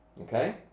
okay